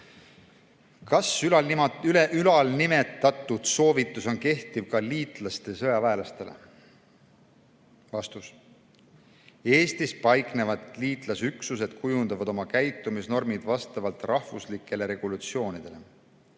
"Kas ülalnimetatud soovitus on kehtiv ka liitlaste sõjaväelastele? Vastus: Eestis paiknevad liitlasüksused kujundavad oma käitumisnormid vastavalt oma riigi regulatsioonidele.